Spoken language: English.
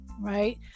right